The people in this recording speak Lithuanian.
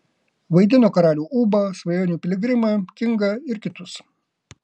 vaidino karalių ūbą svajonių piligrimą kingą ir kitus